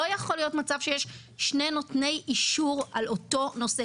לא יכול להיות מצב שיש שני נותני אישור על אותו נושא.